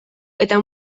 eta